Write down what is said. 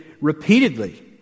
repeatedly